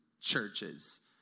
churches